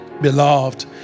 beloved